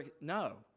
No